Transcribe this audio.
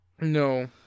No